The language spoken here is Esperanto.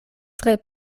tre